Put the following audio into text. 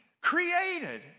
created